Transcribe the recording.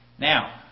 Now